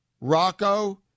Rocco